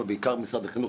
אבל בעיקר ממשרד החינוך,